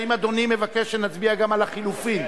האם אדוני מבקש שנצביע גם על החלופין?